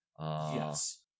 Yes